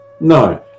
No